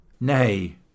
Nay